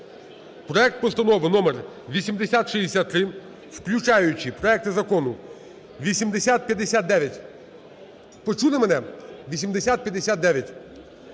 проект Постанови № 8063, включаючи проекти Закону 8059. Почули мене? 8059,